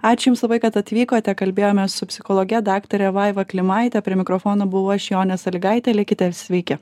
ačiū jums labai kad atvykote kalbėjomės su psichologe daktare vaiva klimaite prie mikrofono buvau aš jonė salygaitė likite sveiki